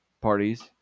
parties